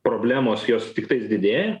problemos jos tiktais didėja